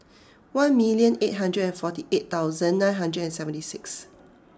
one million eight hundred and forty eight thousand nine hundred and seventy six